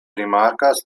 rimarkas